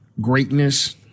Greatness